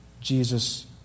Jesus